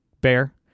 bear